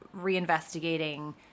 reinvestigating